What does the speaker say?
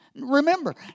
Remember